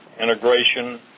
Integration